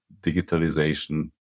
digitalization